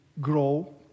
grow